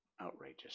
outrageous